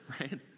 right